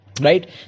Right